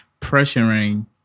pressuring